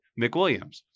McWilliams